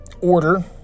order